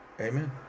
amen